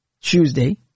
Tuesday